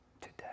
today